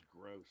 gross